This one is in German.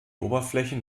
oberflächen